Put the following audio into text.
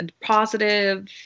positive